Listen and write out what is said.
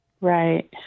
Right